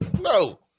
No